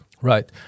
Right